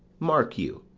mark you,